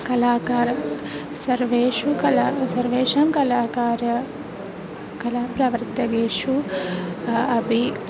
कलाकारः सर्वेषु कला सर्वेषां कलाकार्यं कलाप्रवर्तनेषु अपि